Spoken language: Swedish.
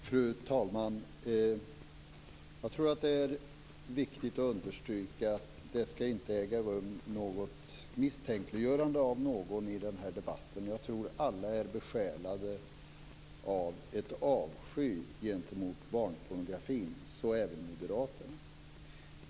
Fru talman! Jag tror att det är viktigt att understryka att något misstänkliggörande av någon i denna debatt inte skall äga rum. Men jag tror att alla är besjälade av en avsky gentemot barnpornografi, så även Moderaterna.